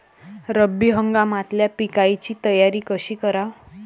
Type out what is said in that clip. रब्बी हंगामातल्या पिकाइची तयारी कशी कराव?